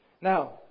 now